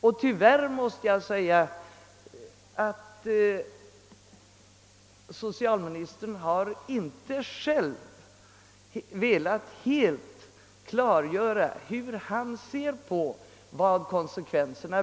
Och tyvärr har socialministern inte klargjort hur han ser på de konsekvenserna.